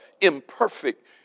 imperfect